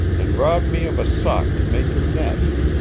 and robbed me of a sock to make your nest.